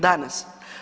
Danas?